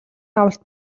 авалт